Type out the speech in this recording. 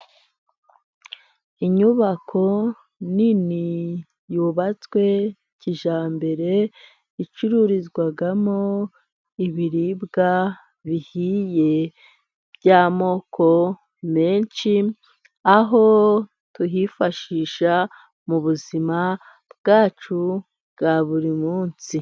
Inyubako nini yubatswe kijyambere icururizwamo ibiribwa bihiye by'amoko menshi, aho tuhifashisha mu buzima bwacu bwa buri munsi.